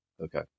Okay